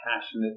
passionate